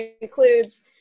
includes